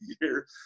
year